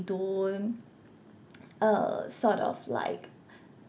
don't uh sort of like